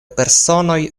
personoj